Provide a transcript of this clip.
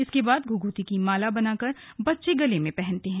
इसके बाद घुघुती की माला बनाकर बच्चे गले में पहनते हैं